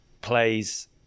plays